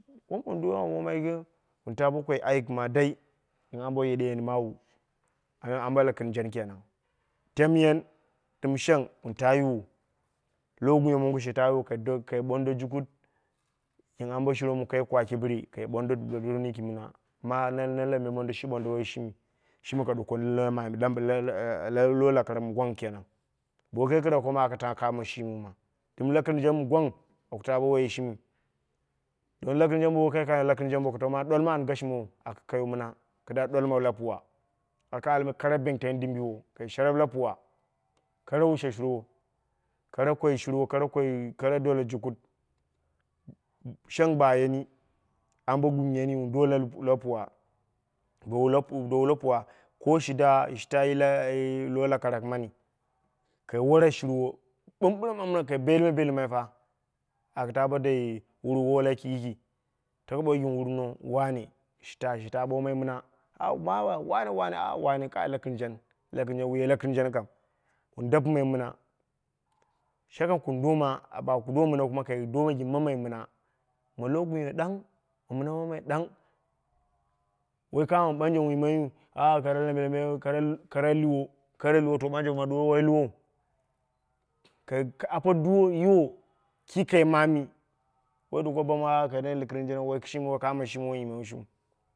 Wonduwoi am yimai ye mɨn taa bo koi ayik ma dai gɨn ambo yedɨyan maawu aiya ana lakɨrjen kenan, tamyen dɨm shang wun ta yiwu, lo gunyo she ta yiwo kai bondo jukut gɨn ambo shurwo mɨ kai kwa kɨbɨri kai bondo tatonu yiki mɨ na, ma nalambe mondo shi ɓonda woi yi shimi, shimi aka ɗuko la la na lambe mɨ gwang kenan wo kai kɨraka ma tau ki kamo shimiu ma ɗɨm lakɨrjen mɨ gwang aka taa bo woi shimi. To lakɨrjen bo wokai kɨraka lakɨrjenu ɗwal ma an gashimowo do mɨna kɨdda ɗwal mɨ lapuwa kai almai kara benten dimbiyiwo kai sharap lapuwa kara wushe kara koi shurow kara dole jukut, shang ba yeni ambo gumyara gni wun do lapuwa bowu la la puwa kowa shi tayi lo lokarak mani kai wore shurwo ɓambɨren ɓambɨren kai belɨmai fa aka bo ddi wurwo laki yiki, taku ɓoi ɣin wurukno wane ta ɓoomai mɨna awu wa wane ta ɓoomai mɨna. La kɨjen wu ye lakɨrjen kam dapɨami mɨna. Shakam ka doma baka do mɨna kuma kai do gɨn mammai mɨna ma logunyo ɗang, mammai ɗang, woi kamo mɨ ɓanje wun yimaiyu ana lambe lambe kara liwo to ɓanje ma ɗuwa woi luwou, kai ape duu yiwo ki kai mami woi ɗuko bamu kai la laƙɨrjen woi kishimiw, woi kamo shimiu